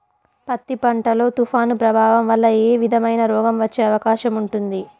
పత్తి పంట లో, తుఫాను ప్రభావం వల్ల ఏ విధమైన రోగం వచ్చే అవకాశం ఉంటుంది?